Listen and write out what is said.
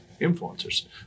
influencers